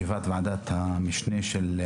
אני מתכבד לפתוח את ישיבת ועדת המשנה לעניין